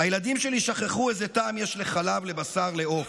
הילדים שלי שכחו איזה טעם יש לחלב, לבשר, לעוף.